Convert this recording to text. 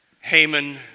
Haman